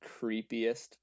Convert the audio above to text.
creepiest